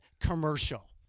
commercial